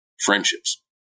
friendships